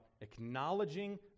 acknowledging